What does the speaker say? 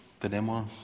tenemos